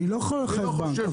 אני לא יכול לחייב בנק.